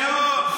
תוציא אותנו.